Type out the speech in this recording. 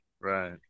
Right